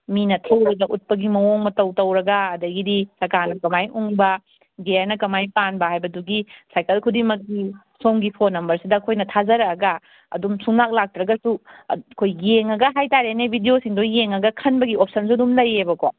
ꯃꯤꯅ ꯊꯧꯕꯗ ꯎꯠꯄꯒꯤ ꯃꯑꯣꯡ ꯃꯇꯧ ꯇꯧꯔꯒ ꯑꯗꯒꯤꯗꯤ ꯆꯛꯀꯥꯅ ꯀꯃꯥꯏꯅ ꯎꯪꯕ ꯒꯤꯌꯥꯔꯅ ꯀꯃꯥꯏꯅ ꯄꯥꯟꯕ ꯍꯥꯏꯕꯗꯨꯒꯤ ꯁꯥꯏꯀꯜ ꯈꯨꯗꯤꯡꯃꯛꯀꯤ ꯁꯣꯝꯒꯤ ꯐꯣꯟ ꯅꯝꯕꯔꯁꯤꯗ ꯑꯩꯈꯣꯏꯅ ꯊꯥꯖꯔꯛꯑꯒ ꯑꯗꯨꯝ ꯁꯨꯡꯂꯥꯛ ꯂꯥꯛꯇ꯭ꯔꯒꯁꯨ ꯑꯩꯈꯣꯏ ꯌꯦꯡꯉꯒ ꯍꯥꯏꯇꯥꯔꯦꯅꯦ ꯕꯤꯗꯤꯑꯣꯁꯤꯡꯗꯣ ꯌꯦꯡꯉꯒ ꯈꯟꯕꯒꯤ ꯑꯣꯞꯁꯟꯁꯨ ꯑꯗꯨꯝ ꯂꯩꯌꯦꯕꯀꯣ